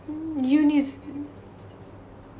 uni's